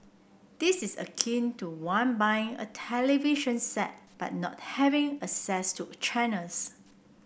this is akin to one buying a television set but not having access to channels